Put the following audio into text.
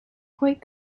quite